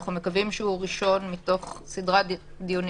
אנחנו מקווים שהוא ראשון מתוך סדרת דיונים